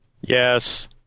Yes